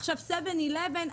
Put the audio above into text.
עכשיו סבן אילבן,